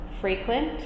frequent